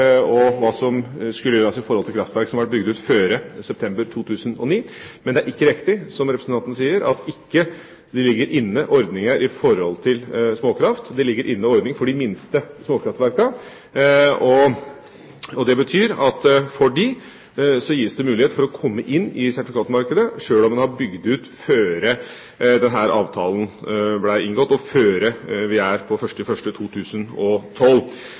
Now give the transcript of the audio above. og hva som skulle gjøres i forhold til kraftverk som ble bygd ut før september 2009. Men det er ikke riktig, det som representanten sier, at det ikke ligger inne ordninger for småkraftverk. Det ligger inne ordninger for de minste småkraftverkene. Det betyr at det gis mulighet for dem til å komme inn i sertifikatmarkedet, sjøl om man hadde bygd ut før denne avtalen ble inngått, og før vi har kommet til 1. januar 2012.